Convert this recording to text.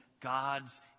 God's